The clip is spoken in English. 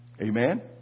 Amen